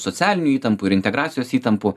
socialinių įtampų ir integracijos įtampų